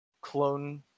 clone